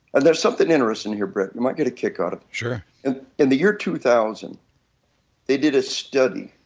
and there's something interesting in here, brett, you might get a kick out of sure in the year two thousand they did a study